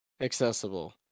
accessible